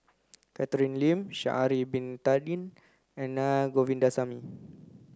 Catherine Lim Sha'ari bin Tadin and Naa Govindasamy